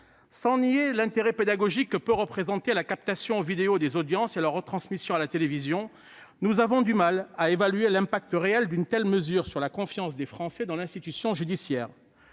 Sans nier l'intérêt pédagogique que peuvent représenter la captation vidéo des audiences et leur retransmission à la télévision, nous avons du mal à évaluer l'impact réel d'une telle mesure sur la confiance des Français dans l'institution judiciaire.